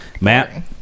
Matt